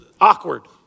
awkward